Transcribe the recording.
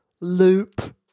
loop